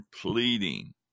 pleading